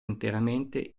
interamente